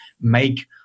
make